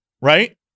right